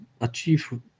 achieve